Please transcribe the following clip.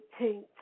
18th